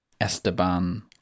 Esteban